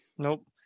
Nope